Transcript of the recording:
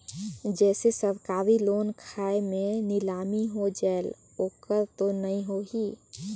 जैसे सरकारी लोन खाय मे नीलामी हो जायेल ओकर तो नइ होही?